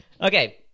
okay